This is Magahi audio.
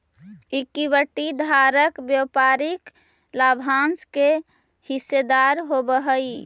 इक्विटी धारक व्यापारिक लाभांश के हिस्सेदार होवऽ हइ